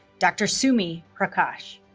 dr. sumi prakash